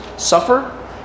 suffer